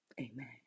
Amen